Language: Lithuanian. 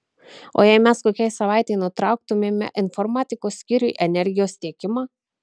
o jei mes kokiai savaitei nutrauktumėme informatikos skyriui energijos tiekimą